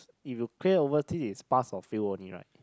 if you clear overseas is pass or fail only right